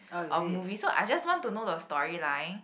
of movies so I just want to know the storyline